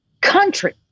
country